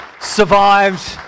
survived